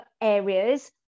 areas